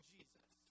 Jesus